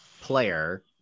player